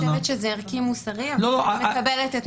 אני חושבת שזה ערכי מוסרי, אבל אני מקבלת.